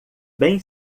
bem